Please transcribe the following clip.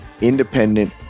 Independent